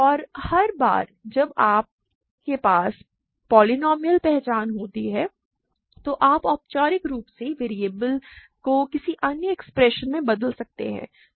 और हर बार जब आपके पास पोलीनोमिअल पहचान होती है तो हम औपचारिक रूप से वेरिएबल को किसी अन्य एक्सप्रेशन से बदल सकते हैं